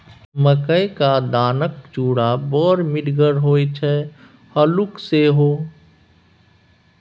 मकई क दानाक चूड़ा बड़ मिठगर होए छै हल्लुक सेहो